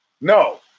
No